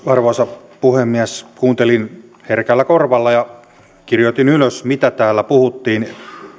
arvoisa puhemies kuuntelin herkällä korvalla ja kirjoitin ylös mitä täällä puhuttiin